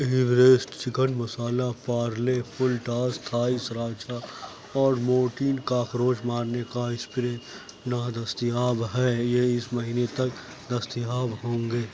Everest chicken مصالحہ Parle full toss Thai sriracha اور Mortein cockroach مارنے کا سپرے نادستیاب ہے یہ اس مہینے تک دستیاب ہوں گے